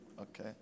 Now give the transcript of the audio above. okay